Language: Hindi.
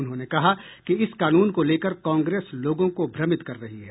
उन्होंने कहा कि इस कानून को लेकर कांग्रेस लोगों को भ्रमित कर रही है